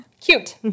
Cute